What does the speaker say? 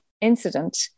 incident